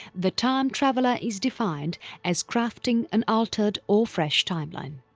the time traveller is defines as crafting an altered or fresh timeline.